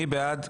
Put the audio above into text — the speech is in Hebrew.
מי בעד?